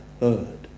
heard